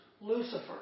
Lucifer